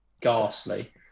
ghastly